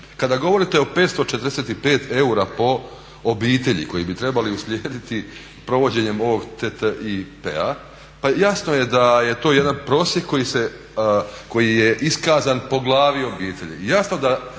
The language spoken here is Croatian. kad govorite o 545 EUR-a po obitelji koji bi trebali uslijediti provođenjem ovog TTIP-a, pa jasno je da je to jedan prosjek koji se, koji je iskazan po glavi obitelji.